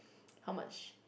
how much